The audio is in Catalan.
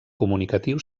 comunicatiu